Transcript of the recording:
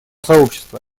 сообщества